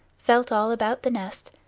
felt all about the nest,